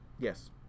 Yes